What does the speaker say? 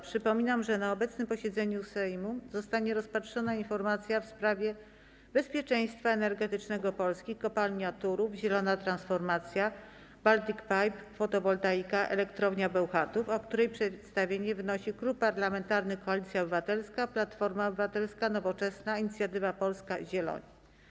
Przypominam, że na obecnym posiedzeniu Sejmu zostanie rozpatrzona informacja w sprawie bezpieczeństwa energetycznego Polski (kopalnia Turów, zielona transformacja, Baltic Pipe, fotowoltaika, Elektrownia Bełchatów), o której przedstawienie wnosił Klub Parlamentarny Koalicja Obywatelska - Platforma Obywatelska, Nowoczesna, Inicjatywa Polska, Zieloni.